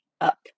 up